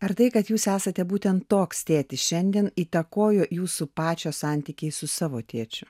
ar tai kad jūs esate būtent toks tėtis šiandien įtakojo jūsų pačio santykiai su savo tėčiu